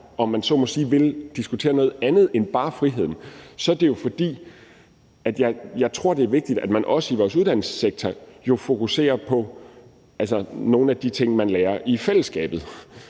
om man så må sige, vil diskutere noget andet end bare friheden, er det, fordi jeg tror, det er vigtigt, at man også i vores uddannelsessektor fokuserer på nogle af de ting, man lærer i fællesskabet.